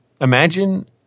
Imagine